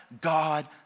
God